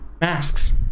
masks